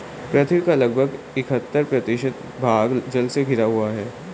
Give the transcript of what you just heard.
पृथ्वी का लगभग इकहत्तर प्रतिशत भाग जल से घिरा हुआ है